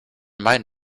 might